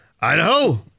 Idaho